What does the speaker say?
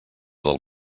del